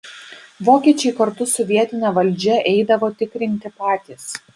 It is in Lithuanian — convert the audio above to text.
vokiečiai kartu su vietine valdžia eidavo tikrinti patys